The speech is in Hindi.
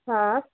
हाँ